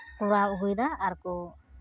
order ᱟᱹᱜᱩᱭ ᱮᱫᱟ ᱟᱨ ᱠᱚ